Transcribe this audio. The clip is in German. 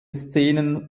szenen